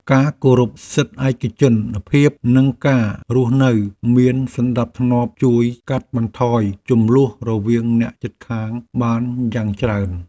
ការគោរពសិទ្ធិឯកជនភាពនិងការរស់នៅមានសណ្តាប់ធ្នាប់ជួយកាត់បន្ថយជម្លោះរវាងអ្នកជិតខាងបានយ៉ាងច្រើន។